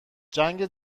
جنگ